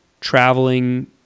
traveling